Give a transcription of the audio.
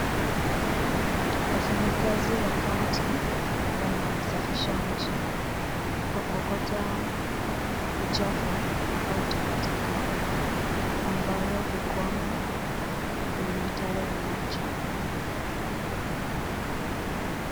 Wafanyakazi wa kaunti wanasafisha mji kwa kuokota uchafu au taka taka ambazo hukwama kwenye mitaro ya maji.